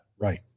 Right